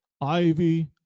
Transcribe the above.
ivy